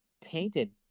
painted